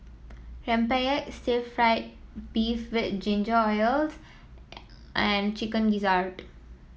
rempeyek Stir Fried Beef with Ginger Onions and Chicken Gizzard